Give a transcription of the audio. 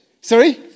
sorry